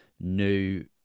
new